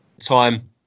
time